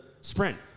sprint